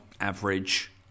average